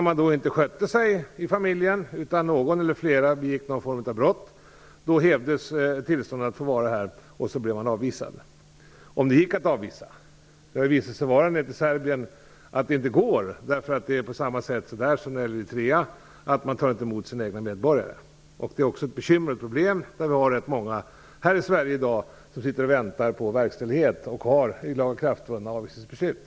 Om någon eller några i familjen inte skött sig utan begått någon form av brott, har vederbörandes tillstånd att vara här hävts. Man har då blivit avvisad, om detta varit möjligt att genomföra. Detta har dock visat sig inte vara möjligt när det gällt Serbien. Det har där på samma sätt som när det gällt Eritrea varit så att landet inte har tagit emot sina egna medborgare. Det är ett problem att rätt många i Sverige i dag sitter och väntar på verkställighet av lagakraftvunna avvisningsbeslut.